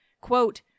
Quote